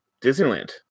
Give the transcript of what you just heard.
Disneyland